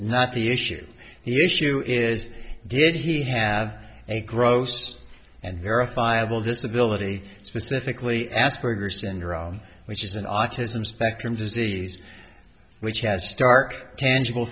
not the issue he issue is did he have a gross and verifiable disability specifically asperger syndrome which is an autism spectrum disease which has stark tangible